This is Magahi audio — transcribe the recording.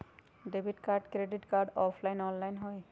Debit card credit card offline online होई?